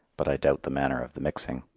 but i doubt the manner of the mixing.